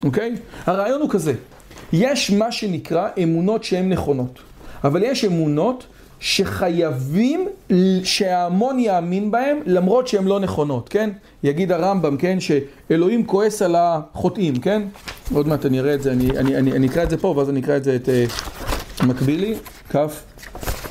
אוקיי? הרעיון הוא כזה, יש מה שנקרא אמונות שהן נכונות, אבל יש אמונות שחייבים שההמון יאמין בהן למרות שהן לא נכונות, כן? יגיד הרמב״ם, כן, שאלוהים כועס על החוטאים, כן? עוד מעט אני אראה את זה, אני אקרא את זה פה ואז אני אקרא את זה את מקבילי, כ'.